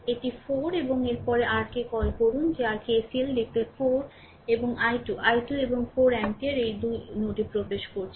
এটি 4 এবং এর পরে r কে কল করুন যে r KCL দেখতে 4 এবং i2 i2 এবং 4 অ্যাম্পিয়ার এই 2 নোডে প্রবেশ করছে